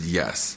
yes